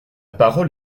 parole